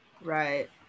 right